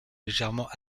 légèrement